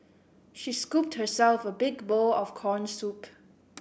she scooped herself a big bowl of corn soup